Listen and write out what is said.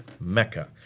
Mecca